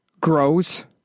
grows